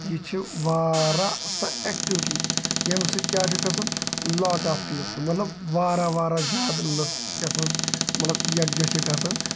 یہِ چھِ واریاہ سۄ ایکٹوٕٹی ییٚمہِ سۭتۍ کیاہ چھُ گژھان لاٹ آف پیٖپٕل مطلب واریاہ واریاہ زیادٕ لُکھ یَتھ منٛز مطلب یَکجہ چھِ گژھان